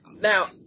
Now